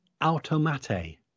automate